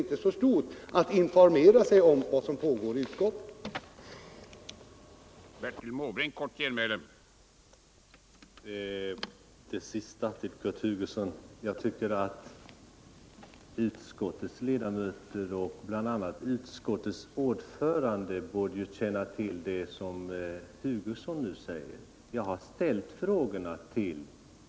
Intresset för att informera sig om vad som pågår i utskottet är tydligen inte så stort.